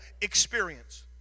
experience